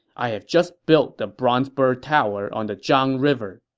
i have just built the bronze bird tower on the zhang river.